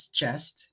chest